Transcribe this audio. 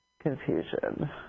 confusion